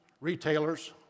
retailers